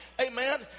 Amen